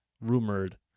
rumored